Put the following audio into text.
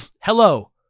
hello